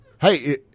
Hey